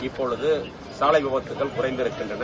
இப்போது சாலை விபத்தகள் குறைந்திருக்கின்றன